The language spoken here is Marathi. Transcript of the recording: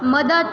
मदत